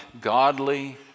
godly